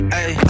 ay